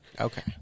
Okay